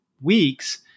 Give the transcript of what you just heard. weeks